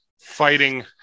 fighting